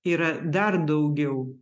yra dar daugiau